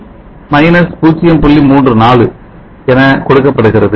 34 என கொடுக்கப்படுகிறது